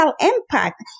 impact